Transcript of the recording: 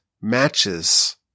matches